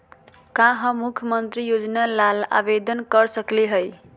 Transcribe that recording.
का हम मुख्यमंत्री योजना ला आवेदन कर सकली हई?